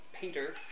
Peter